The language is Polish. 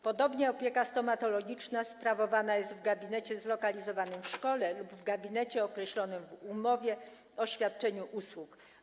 Podobnie opieka stomatologiczna sprawowana jest w gabinecie zlokalizowanym w szkole lub w gabinecie określonym w umowie o świadczenie usług.